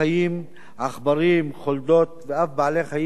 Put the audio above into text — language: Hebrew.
עכברים, חולדות, ואף בעלי-חיים יותר גדולים